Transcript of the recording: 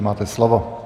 Máte slovo.